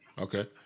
Okay